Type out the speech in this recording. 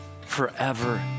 forever